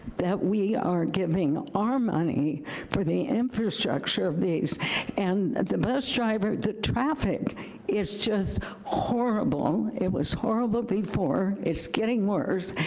that we are giving our money for the infrastructure of these and the bus driver, the traffic is just horrible. it was horrible before, it's getting worse,